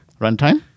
runtime